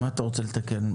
מה אתה רוצה לתקן?